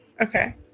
Okay